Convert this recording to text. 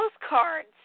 postcards